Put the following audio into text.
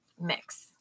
mix